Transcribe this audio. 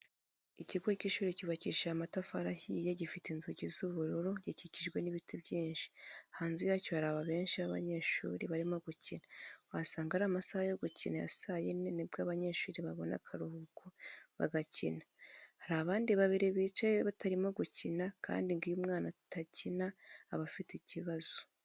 Ikigo cy'ishuri cyubakishije amatafari ahiye gifite inzugi z'ubururu gikikijwe nibiti byinshi hanze yacyo haraba benshi babanyeshuri barimo gukina wasanga ari amasaha yo gukina ya saa yine nibwo abanyeshuri babona akaruhuko bagakina hari abandi babiri biyicariye batarimo gukina kandi ngo iyo umwana adakina aba afite ikibazo.